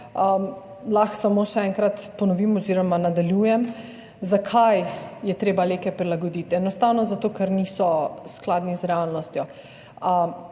samo še enkrat ponovim oziroma nadaljujem, zakaj je treba LEK-e prilagoditi. Enostavno zato, ker niso skladni z realnostjo.